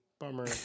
bummer